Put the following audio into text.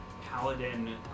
Paladin